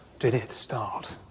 did it start.